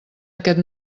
aquest